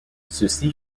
ceci